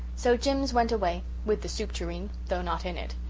so jims went away with the soup tureen, though not in it.